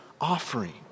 offering